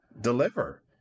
deliver